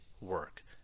work